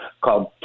called